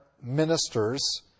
ministers